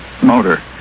Motor